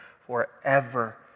forever